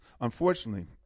Unfortunately